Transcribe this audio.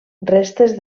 restes